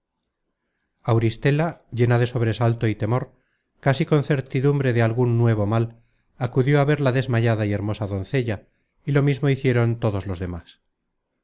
auristela llena de sobresalto y temor casi con certidumbre de algun nuevo inal acudió á ver la desmayada y hermosa doncella y lo mismo hicieron todos los demas